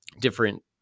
different